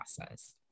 process